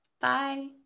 Bye